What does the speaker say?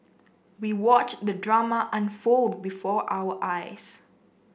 we watched the drama unfold before our eyes